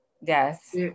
Yes